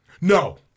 No